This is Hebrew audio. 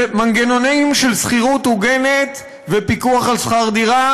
ומנגנונים של שכירות הוגנת ופיקוח על שכר-דירה